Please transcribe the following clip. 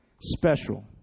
Special